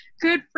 good